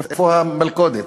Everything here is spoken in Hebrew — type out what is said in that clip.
איפה המלכודת?